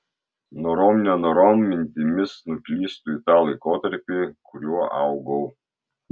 norom nenorom mintimis nuklystu į tą laikotarpį kuriuo augau